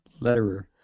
Letterer